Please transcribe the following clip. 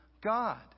God